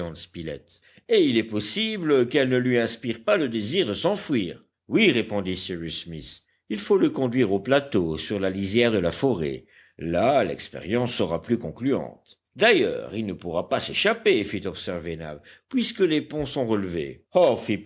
et il est possible qu'elle ne lui inspire pas le désir de s'enfuir oui répondit cyrus smith il faut le conduire au plateau sur la lisière de la forêt là l'expérience sera plus concluante d'ailleurs il ne pourra pas s'échapper fit observer nab puisque les ponts sont relevés